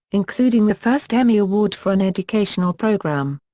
including the first emmy award for an educational program.